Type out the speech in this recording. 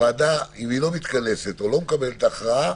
אם הוועדה לא מתכנסת או לא מקבלת הכרעה,